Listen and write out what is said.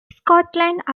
scotland